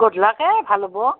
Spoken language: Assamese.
গধূলাকে ভাল হ'ব